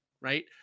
right